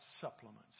supplements